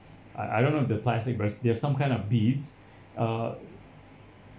I I don't know the plastic but there are some kind of beads uh